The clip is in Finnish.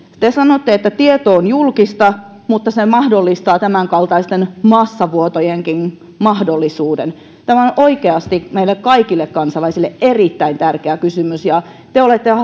te sanotte että tieto on julkista mutta se mahdollistaa tämänkaltaisten massavuotojenkin mahdollisuuden tämä on oikeasti meille kaikille kansalaisille erittäin tärkeä kysymys ja te olette